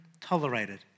tolerated